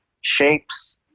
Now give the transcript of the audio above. shapes